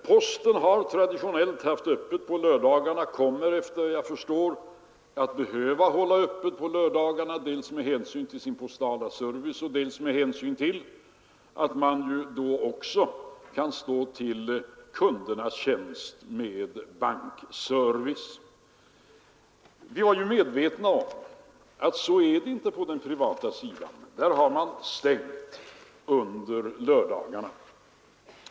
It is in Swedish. Posten har traditionellt haft öppet på lördagarna och kommer, efter vad jag förstår, att behöva hålla öppet på lördagarna också i fortsättningen, dels med hänsyn till sin postala service, dels med hänsyn till att posten då kan stå kunderna till tjänst även med bankservice. Vi är medvetna om att det inte är så på den privata sidan — där håller man stängt under lördagarna.